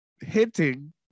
hinting